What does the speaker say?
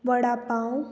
vada pav